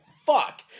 fuck